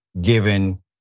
Given